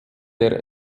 der